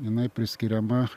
jinai priskiriama